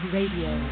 Radio